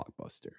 blockbuster